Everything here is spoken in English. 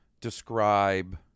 describe